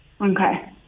Okay